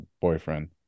boyfriend